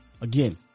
again